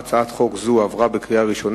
ההצעה להעביר את הצעת חוק סדר הדין הפלילי (תיקון מס' 62),